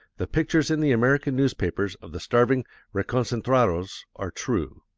the pictures in the american newspapers of the starving reconcentrados are true.